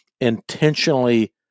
intentionally